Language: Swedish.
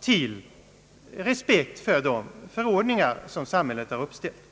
till respekt för de förordningar som samhället har uppställt.